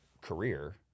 career –